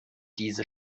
diese